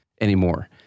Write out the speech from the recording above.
anymore